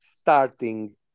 starting